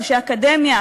אנשי אקדמיה,